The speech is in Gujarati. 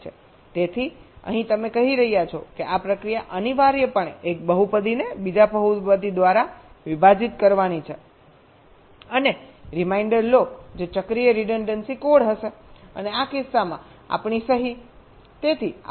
તેથી અહીં તમે કહી રહ્યા છો કે આ પ્રક્રિયા અનિવાર્યપણે એક બહુપદીને બીજા બહુપદી દ્વારા વિભાજીત કરવાની છે અને રિમાઇન્ડર લો જે ચક્રીય રિડન્ડન્સી કોડ હશે અને આ કિસ્સામાં આપણી સહી